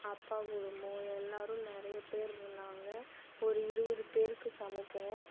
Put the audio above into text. அப்பா குடும்பம் எல்லோரும் நிறைய பேர் இருந்தாங்க ஒரு இருபது பேருக்கு சமைக்கணும்